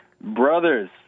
Brothers